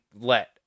let